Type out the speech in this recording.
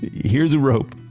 here's a rope.